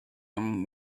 him